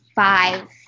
five